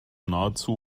nahezu